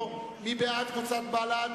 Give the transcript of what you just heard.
קבוצת בל"ד,